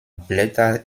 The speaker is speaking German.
blätter